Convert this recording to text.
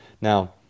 Now